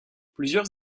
plusieurs